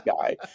guy